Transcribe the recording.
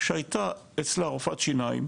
שהייתה אצלה רופאת שיניים,